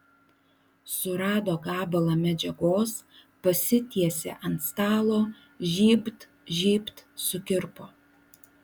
surado gabalą medžiagos pasitiesė ant stalo žybt žybt sukirpo